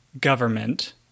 government